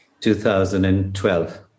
2012